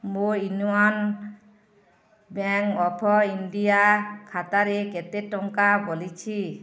ମୋ Union Bank of India ଖାତାରେ କେତେ ଟଙ୍କା ବଳିଛି